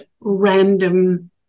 random